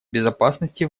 безопасности